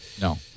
No